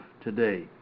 today